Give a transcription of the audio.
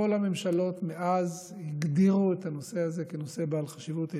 כל הממשלות מאז הגדירו את הנושא הזה כנושא בעל חשיבות עליונה.